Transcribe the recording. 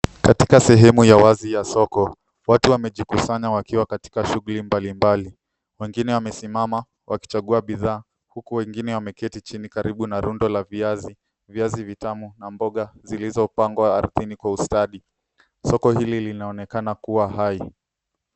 Katika sehemu ya wazi ya soko, watu wamejikusanya wakiwa katika shughuli mbalimbali. Wengine wamesimama wakichagua bidhaa huku wengine wameketi chini karibu na rundo la viazi, viazi vitamu na mboga zilizopangwa ardhini kwa ustadi. Soko hili linaonekana kuwa hai.